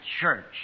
church